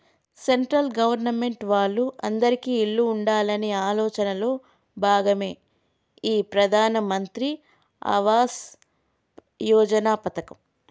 central government వాళ్ళు అందిరికీ ఇల్లు ఉండాలనే ఆలోచనలో భాగమే ఈ ప్రధాన్ మంత్రి ఆవాస్ యోజన పథకం